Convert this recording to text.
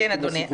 אדוני,